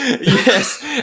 Yes